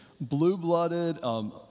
blue-blooded